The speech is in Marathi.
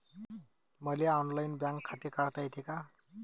मले ऑनलाईन बँक खाते काढता येते का?